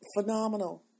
phenomenal